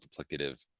multiplicative